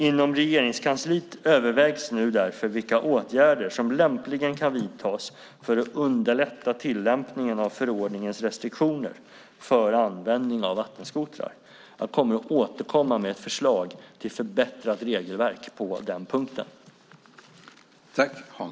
Inom Regeringskansliet övervägs nu därför vilka åtgärder som lämpligen kan vidtas för att underlätta tillämpningen av förordningens restriktioner för användning av vattenskotrar. Jag kommer att återkomma med ett förslag till förbättrat regelverk på den punkten.